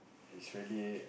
is really